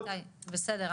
בסדר.